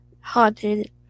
haunted